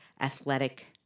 athletic